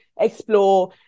explore